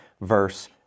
verse